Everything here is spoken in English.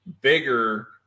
bigger